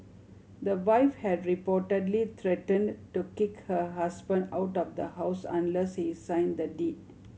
the wife had reportedly threatened to kick her husband out of the house unless he signed the deed